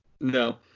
No